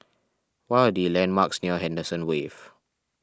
what are the landmarks near Henderson Wave